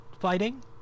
fighting